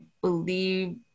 believe